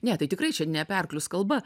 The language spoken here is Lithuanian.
ne tai tikrai čia ne apie arklius kalba